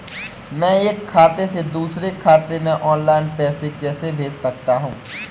मैं एक खाते से दूसरे खाते में ऑनलाइन पैसे कैसे भेज सकता हूँ?